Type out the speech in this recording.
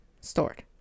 stored